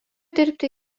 dirbti